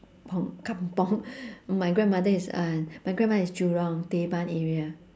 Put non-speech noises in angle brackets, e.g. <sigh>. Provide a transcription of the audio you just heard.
~pung kampung <breath> my grandmother is uh my grandmother is jurong teban area